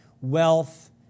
wealth